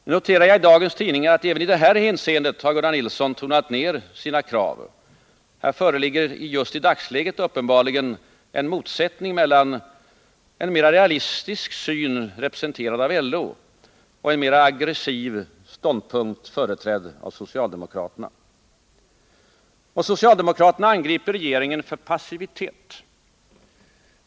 Nu noterar jag i dagens tidningar att även i detta hänseende har Gunnar Nilsson tonat ned sina krav. I dagsläget föreligger uppenbarligen en motsättning mellan en mera realistisk syn, representerad av LO, och en mera aggressiv ståndpunkt, företrädd av socialdemokraterna. Socialdemokraterna angriper regeringen för passivitet.